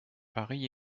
paris